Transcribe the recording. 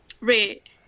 Right